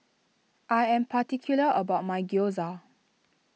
I am particular about my Gyoza